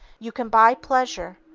you can buy pleasure,